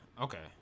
Okay